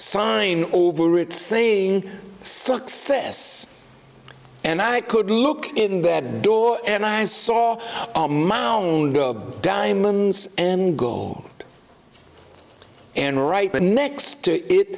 sign over it saying success and i could look in that door and i saw a mound of diamonds and gold and right next to it